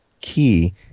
key